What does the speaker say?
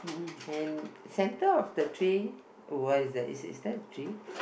and center of the tree was the is is that tree